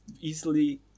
easily